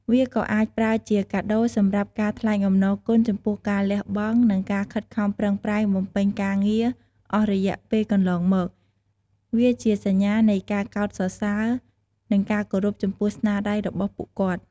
វាក៏អាចប្រើជាការដូរសម្រាប់ការថ្លែងអំណរគុណចំពោះការលះបង់ និងការខិតខំប្រឹងប្រែងបំពេញការងារអស់រយៈពេលកន្លងមក វាជាសញ្ញានៃការកោតសរសើរ និងការគោរពចំពោះស្នាដៃរបស់ពួកគាត់។